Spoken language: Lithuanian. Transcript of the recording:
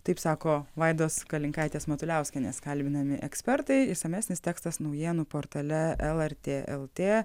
taip sako vaidos kalinkaitės matuliauskienės kalbinami ekspertai išsamesnis tekstas naujienų portale lrt lt